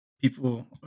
people